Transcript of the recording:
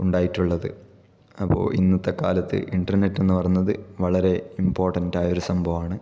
ഉണ്ടായിട്ടുള്ളത് അപ്പോൾ ഇന്നത്തെ കാലത്ത് ഇന്റർനെറ്റ് എന്ന് പറയുന്നത് വളരെ ഇമ്പോർട്ടൻറ്റായൊരു സംഭവമാണ്